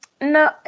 No